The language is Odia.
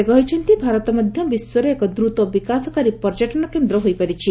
ସେ କହିଛନ୍ତି ଭାରତ ମଧ୍ୟ ବିଶ୍ୱରେ ଏକ ଦ୍ରତ ବିକାଶକାରୀ ପର୍ଯ୍ୟଟନ କେନ୍ଦ୍ର ହୋଇପାରିଛି